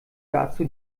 dazu